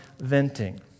venting